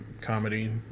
comedy